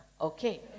Okay